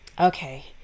Okay